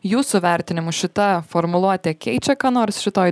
jūsų vertinimu šita formuluotė keičia ką nors šitoj